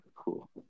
cool